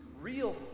real